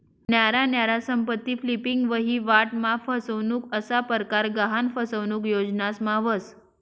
न्यारा न्यारा संपत्ती फ्लिपिंग, वहिवाट मा फसनुक असा परकार गहान फसनुक योजनास मा व्हस